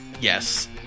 Yes